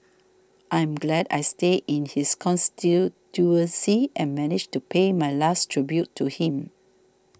I'm glad I stay in his constituency and managed to pay my last tribute to him